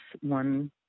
one